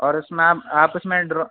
اور اس میں آپ آپ اس میں ڈرو